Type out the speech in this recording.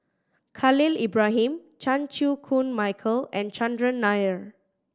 Khalil Ibrahim Chan Chew Koon Michael and Chandran Nair